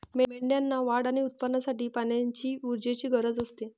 मेंढ्यांना वाढ आणि उत्पादनासाठी पाण्याची ऊर्जेची गरज असते